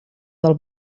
del